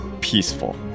peaceful